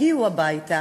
הגיעו הביתה